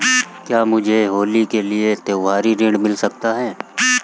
क्या मुझे होली के लिए त्यौहारी ऋण मिल सकता है?